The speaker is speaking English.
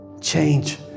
change